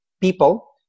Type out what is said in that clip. people